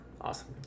awesome